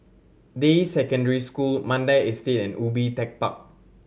Deyi Secondary School Mandai Estate and Ubi Tech Park